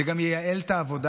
זה גם ייעל את העבודה.